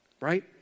right